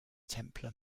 templar